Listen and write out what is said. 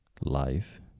life